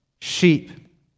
sheep